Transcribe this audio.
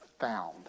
found